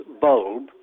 bulb